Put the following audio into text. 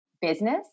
business